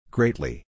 Greatly